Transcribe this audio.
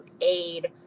aid